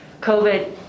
COVID